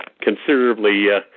considerably